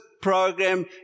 program